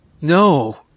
no